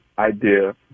idea